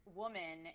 woman